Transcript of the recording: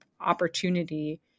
opportunity